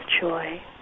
joy